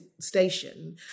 station